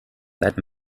that